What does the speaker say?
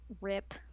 Rip